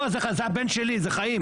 לא, זה הבן שלי, זה חיים.